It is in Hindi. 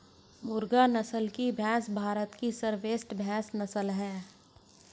मुर्रा नस्ल की भैंस भारत की सर्वश्रेष्ठ भैंस नस्ल है